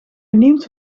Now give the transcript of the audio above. benieuwd